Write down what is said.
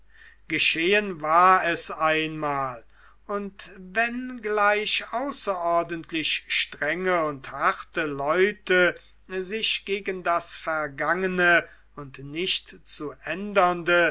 geschehen war es einmal und wenngleich außerordentlich strenge und harte leute sich gegen das vergangene und